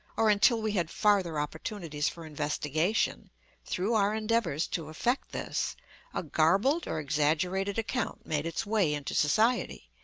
or until we had farther opportunities for investigation through our endeavors to effect this a garbled or exaggerated account made its way into society,